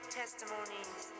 testimonies